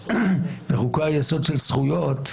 החוקה בחוקי יסוד של זכויות,